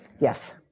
Yes